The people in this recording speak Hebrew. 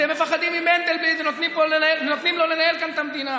אתם מפחדים ממנדלבליט ונותנים לו לנהל כאן את המדינה,